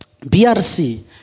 BRC